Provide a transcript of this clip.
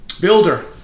builder